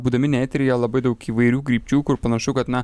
būdami ne eteryje labai daug įvairių krypčių kur panašu kad na